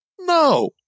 no